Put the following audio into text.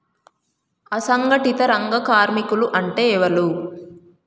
అసంఘటిత రంగ కార్మికులు అంటే ఎవలూ?